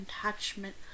attachment